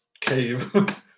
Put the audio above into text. cave